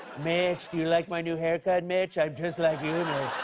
mitch. do you like my new haircut, mitch? i'm just like you,